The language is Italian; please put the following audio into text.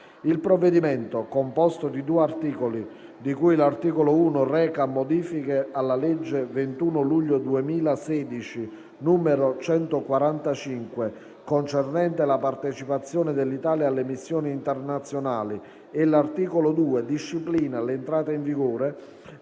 Il provvedimento, composto di due articoli, di cui l'articolo 1 reca modifiche alla legge 21 luglio 2016, n. 145, concernente la partecipazione dell'Italia alle missioni internazionali e l'articolo 2 disciplina l'entrata in vigore,